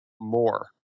more